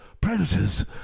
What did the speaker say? predators